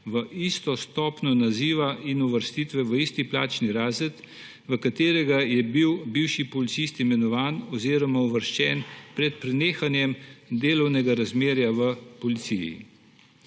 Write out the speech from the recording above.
v isto stopnjo naziva in uvrstitve v isti plačni razred, v katerega je bil bivši policist imenovan oziroma uvrščen pred prenehanjem delovnega razmerja v policiji.